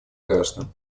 граждан